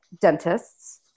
dentists